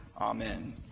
Amen